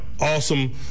awesome